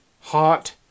Hot